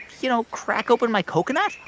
you know, crack open my coconut?